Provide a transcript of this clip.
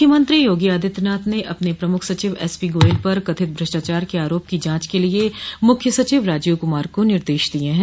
मुख्यमंत्री योगी आदित्य नाथ ने अपने प्रमुख सचिव एसपी गोयल पर कथित भ्रष्टाचार के आरोंप की जांच के लिए मुख्य सचिव राजीव कुमार को निर्देश दिये हैं